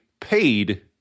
paid